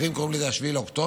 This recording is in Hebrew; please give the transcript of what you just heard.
אחרים קוראים לזה 7 באוקטובר,